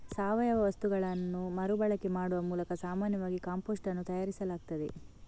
ಸಾವಯವ ವಸ್ತುಗಳನ್ನ ಮರು ಬಳಕೆ ಮಾಡುವ ಮೂಲಕ ಸಾಮಾನ್ಯವಾಗಿ ಕಾಂಪೋಸ್ಟ್ ಅನ್ನು ತಯಾರಿಸಲಾಗ್ತದೆ